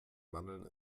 mandeln